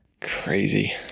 Crazy